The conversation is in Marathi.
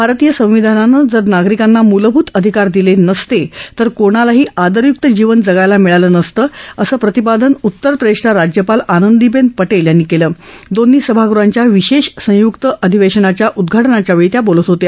भारतीय संविधानाने जर नागरिकांना मूलभूत अधिकार दिले नसते तर कोणालाही आदरय्क्त जीवन जगायला मिळालं नसत असं प्रति ादन उत्तर प्रदेशच्या राज्य ाल आनंदीबेन टेल यांनी दोन्ही सभागृहाच्या विशेष संय्क्त अधिवेशनाच्या उदघाटन प्रसंगी केलं